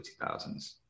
2000s